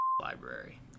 library